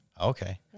Okay